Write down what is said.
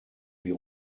wir